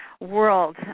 world